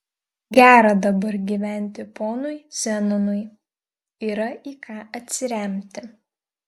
gera dabar gyventi ponui zenonui yra į ką atsiremti